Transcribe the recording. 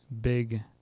big